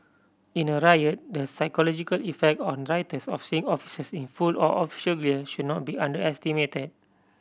in a riot the psychological effect on rioters of seeing officers in full or official gear should not be underestimated